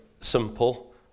simple